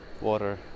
water